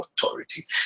authority